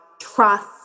trust